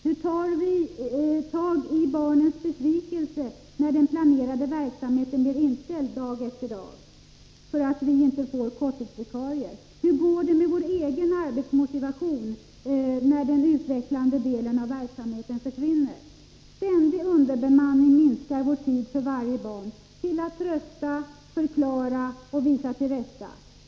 Hur tar vi tag i barnens besvikelse när den planerade verksamheten blir inställd dag efter dag, för att vi inte får korttidsvikarier? Och hur går det med vår egen arbetsmotivation när den utvecklande delen av verksamheten försvinner? Ständig underbemanning minskar vår tid för varje barn — till att trösta, förklara, visa tillrätta.